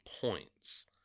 points